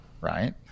right